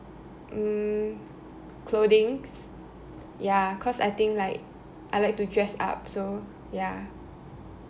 mm clothings ya cause I think like I like to dress up so ya